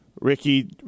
Ricky